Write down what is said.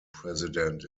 president